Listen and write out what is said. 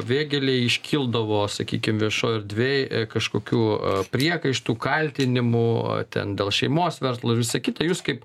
vėgėlei iškildavo sakykim viešoj erdvėj kažkokių priekaištų kaltinimų ten dėl šeimos verslo visa kita jūs kaip